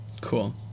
Cool